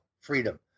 freedom